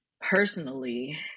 personally